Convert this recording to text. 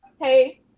hey